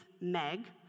Meg